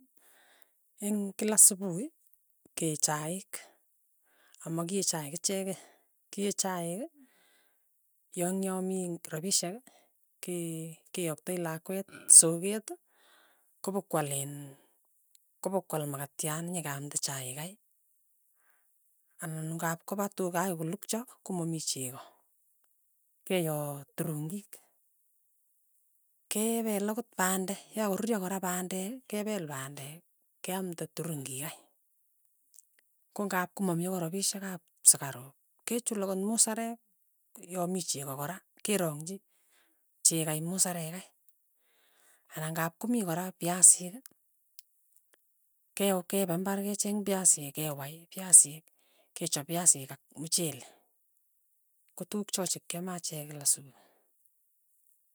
Eng' kila supuhi, kee chaik, ama kiee chaik ichekei, kiee chaik yong'yomii rapishek, ke- keaktai lakwet soket, kopokwal iin kopokwal makatiat nyekeamnde chaik kei, anan ko ng'ap kopa tuka akoi ko lukcha, ko mamii cheko, keyoo turungik, ke peel akot pande, yakakoruryo kora pandeek. kepel pandek keamte turungik kai, ko ng'ap komamii akot rapishek ap sukaru, kechul akot musarek yo mii cheko kora, kerongchi chekai musarek kei, anan ng'ap komii kora piasik, keo kepe imbar kecheng piasik kewai piasik, kechop piasik ak muchele, ko tukkuk cha chekiame achek kila siku.